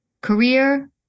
Career